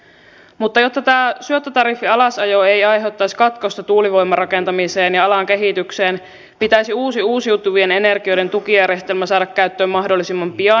mutta jotta tämä syöttötariffin alasajo ei aiheuttaisi katkosta tuulivoiman rakentamiseen ja alan kehitykseen pitäisi uusi uusiutuvien energioiden tukijärjestelmä saada käyttöön mahdollisimman pian